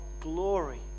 glory